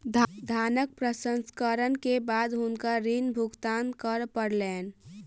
धानक प्रसंस्करण के बाद हुनका ऋण भुगतान करअ पड़लैन